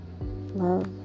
Love